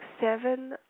seven